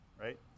right